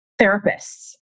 therapists